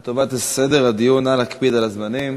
לטובת סדר הדיון, נא להקפיד על הזמנים.